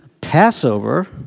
Passover